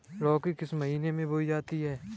लौकी किस महीने में बोई जाती है?